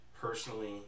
personally